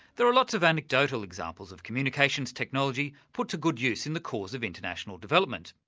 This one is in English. there are lots of anecdotal examples of communications technology put to good use in the cause of international development.